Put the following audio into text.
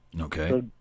Okay